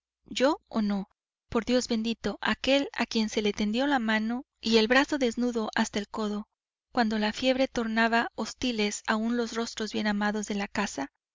yo o no por dios bendito aquél a quien se le tendió la mano y el brazo desnudo hasta el codo cuando la fiebre tornaba hostiles aún los rostros bien amados de la casa